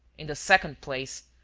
in the second place,